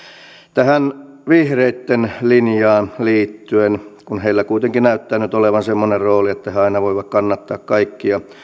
tähän vihreitten linjaan liittyen kun heillä kuitenkin näyttää nyt olevan semmoinen rooli että he aina voivat kannattaa kaikkia